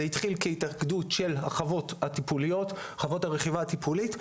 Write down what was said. זה התחיל כהתאגדות של חוות הרכיבה הטיפוליות,